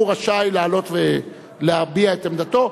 הוא רשאי לעלות ולהביע את עמדתו.